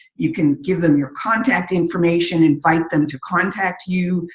you can give them your contact information and find them to contact you,